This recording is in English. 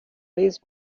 these